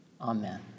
Amen